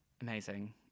amazing